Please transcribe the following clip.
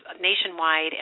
nationwide